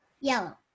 Yellow